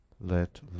Let